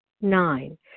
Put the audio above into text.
Nine